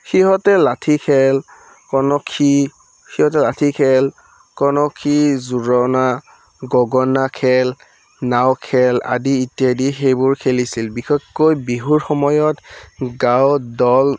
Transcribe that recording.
সিহঁতে লাঠি খেল কণসী সিহঁতে লাঠি খেল কণসী জোৰণা গগনা খেল নাও খেল আদি ইত্যাদি সেইবোৰ খেলিছিল বিশেষকৈ বিহুৰ সময়ত গাঁৱত দল